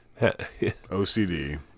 ocd